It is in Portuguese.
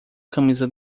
camisa